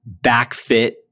backfit